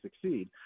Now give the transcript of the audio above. succeed